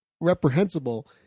reprehensible